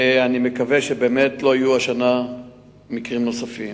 אני מקווה שבאמת לא יהיו השנה מקרים נוספים.